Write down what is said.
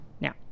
now